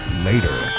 Later